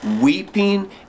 weeping